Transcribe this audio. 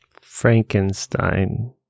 Frankenstein